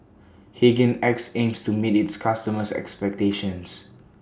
Hygin X aims to meet its customers' expectations